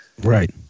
Right